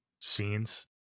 scenes